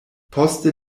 poste